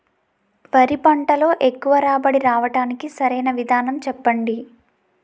వరి పంటలో ఎక్కువ రాబడి రావటానికి సరైన విధానం చెప్పండి?